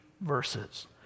verses